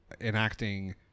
enacting